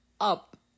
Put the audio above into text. up